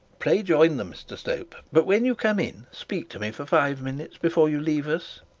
pray join them, mr slope, but when you come in speak to me for five minutes before you leave us